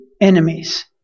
enemies